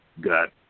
got